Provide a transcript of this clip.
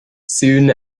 soon